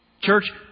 Church